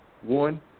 One